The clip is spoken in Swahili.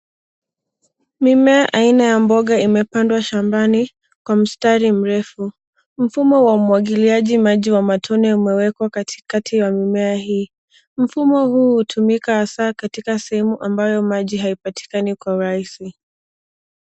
Mimea aina ya mboga imepandwa shambani kwa mstari mrefu. Mfumo wa umwagiliaji maji wa matone umewekwa katikati ya mimea hii. Mfumo huu hutumika hasa katika sehemu ambayo maji haipatikani kwa urahisi.